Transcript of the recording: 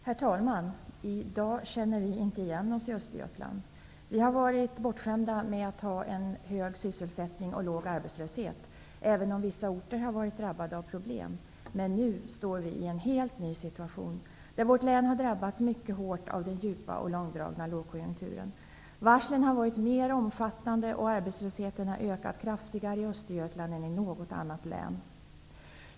Herr talman! I dag känner vi inte igen oss i Östergötland. Vi har varit bortskämda med att ha en hög sysselsättning och låg arbetslöshet, även om vissa orter har varit drabbade av problem. Nu står vi en helt ny situation, där vårt län har drabbats mycket hårt av den djupa och långdragna lågkonjunkturen. Varslen har varit mer omfattande och arbetslösheten har ökat kraftigare i Östergötland än i något annat län.